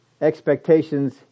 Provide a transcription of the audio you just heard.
expectations